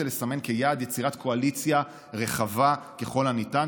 לסמן כיעד יצירת קואליציה רחבה ככל הניתן,